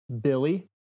Billy